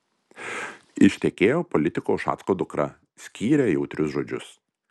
ištekėjo politiko ušacko dukra skyrė jautrius žodžius